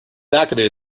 activated